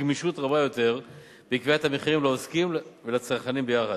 גמישות רבה יותר בקביעת המחירים לעוסקים ולצרכנים יחד,